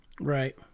right